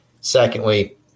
Secondly